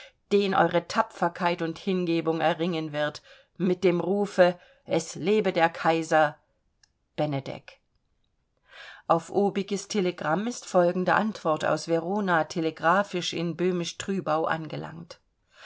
den eure tapferkeit und hingebung erringen wird mit dem rufe es lebe der kaiser benedek auf obiges telegramm ist folgende antwort aus verona telegraphisch in böhmisch trübau angelangt